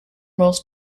most